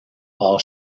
all